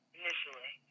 initially